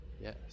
Yes